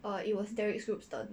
err it was derrick's group turn